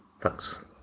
Thanks